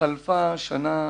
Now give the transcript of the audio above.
חלפה שנה,